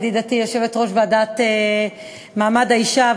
ידידתי יושבת-ראש ועדת מעמד האישה,